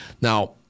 Now